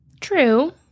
True